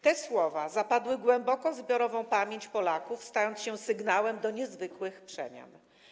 Te słowa zapadły głęboko w zbiorową pamięć Polaków, stając się sygnałem do niezwykłych przemian.